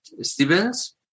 Stevens